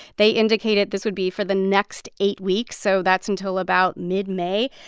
they indicated this would be for the next eight weeks, so that's until about mid-may.